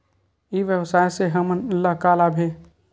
ई व्यवसाय से हमन ला का लाभ हे?